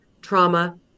trauma